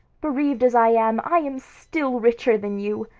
bereaved as i am, i am still richer than you,